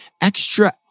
extra